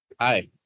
Hi